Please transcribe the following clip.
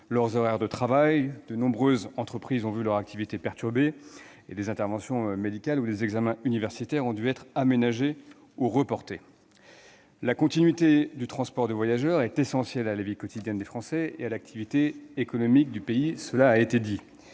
leurs horaires de travail. De nombreuses entreprises ont vu leur activité perturbée et des interventions médicales ou des examens universitaires ont dû être aménagés ou reportés. La continuité du service de transport de voyageurs est essentielle à la vie quotidienne des Français et à l'activité économique du pays. Je comprends